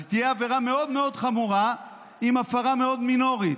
אז תהיה עבירה מאוד מאוד חמורה עם הפרה מאוד מינורית,